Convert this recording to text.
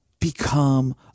become